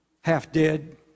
half-dead